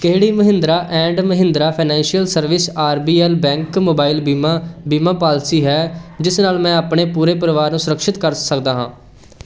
ਕਿਹੜੀ Mahindra and Mahindra financial service R B L bank mobile ਬੀਮਾ ਬੀਮਾ ਪਾਲਿਸੀ ਹੈ ਜਿਸ ਨਾਲ ਮੈਂ ਆਪਣੇ ਪੂਰੇ ਪਰਿਵਾਰ ਨੂੰ ਸੁਰੱਖਿਅਤ ਕਰ ਸਕਦਾ ਹਾਂ